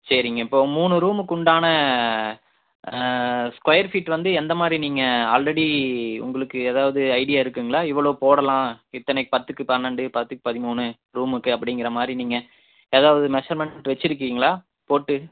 சரிங்க இப்போ மூணு ரூமுக்குண்டான ஸ்கொயர் ஃபீட் வந்து எந்த மாதிரி நீங்கள் ஆல்ரெடி உங்களுக்கு ஏதாவது ஐடியா இருக்குங்களா இவ்வளோ போடலாம் இத்தனை பத்துக்கு பன்னெண்டு பத்துக்கு பதிமூணு ரூமுக்கு அப்படிங்கிற மாதிரி நீங்கள் எதாவது மெஸ்சர்மென்ட் வச்சிருக்கீங்களா போட்டு